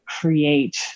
create